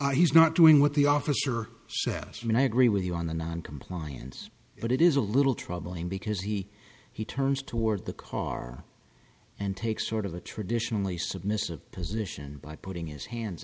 speaking he's not doing what the officer says and i agree with you on the noncompliance but it is a little troubling because he he turns toward the car and takes sort of a traditionally submissive position by putting his hands